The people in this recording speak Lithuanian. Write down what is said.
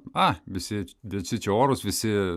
a visi visi čia orūs visi